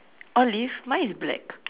olive mine is black